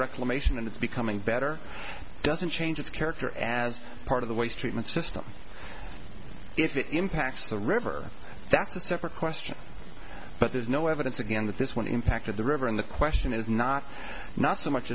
reclamation and it's becoming better doesn't change its character as part of the waste treatment system if it impacts the river that's a separate question but there's no evidence again that this one impacted the river and the question is not not so much